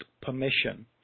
permission